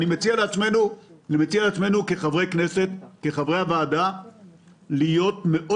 לכן אני מציע לחברי הכנסת ולחברי הוועדה להיות מאוד